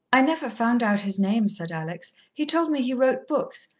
i never found out his name, said alex. he told me he wrote books.